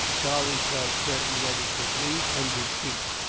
charlie felt certain that he could meet and defeat,